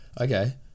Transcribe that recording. okay